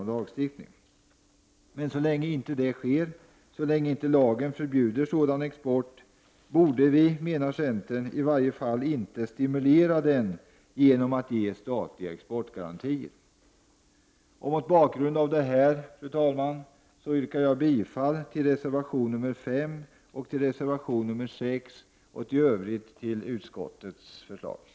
Så länge detta inte sker och lagen inte förbjuder sådan export borde vi, menar centern, i varje fall inte stimulera den genom att ge statliga exportgarantier. Mot bakgrund av det anförda, fru talman, yrkar jag bifall till reservation nr 5 och 6 samt i övrigt till utskottets hemställan.